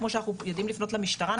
כמו שאנחנו יודעים לפנות למשטרה.